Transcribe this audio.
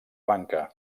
banca